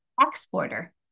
exporter